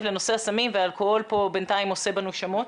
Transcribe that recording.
לנושא הסמים והאלכוהול פה בינתיים עושה בנו שמות,